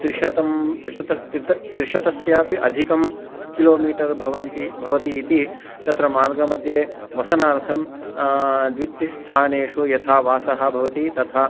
त्रिशतं त्रिशतम् इति त्रिशतस्यापि अधिकं किलोमीटर् भवति भवतीति तत्र मार्गमध्ये वसनार्थं द्वित्रिस्थानेषु यथा वासः भवति तथा